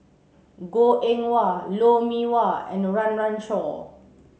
Goh Eng Wah Lou Mee Wah and Run Run Shaw